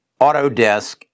Autodesk